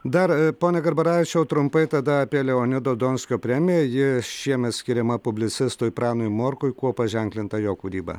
dar pone garbaravičiau trumpai tada apie leonido donskio premiją ji šiemet skiriama publicistui pranui morkui kuo paženklinta jo kūryba